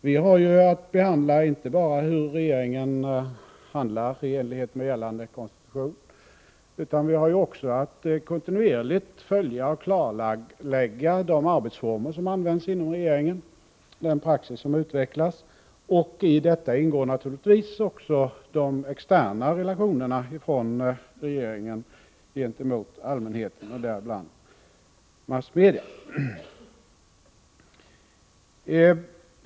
Vi har att behandla inte bara regeringens handlande i enlighet med gällande konstitution, utan vi har också att kontinuerligt följa och klarlägga de arbetsformer som används inom regeringen och den praxis som utvecklas. I detta ingår naturligtvis också de externa relationerna från regeringen gentemot allmänheten, däribland massmedia.